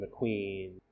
McQueen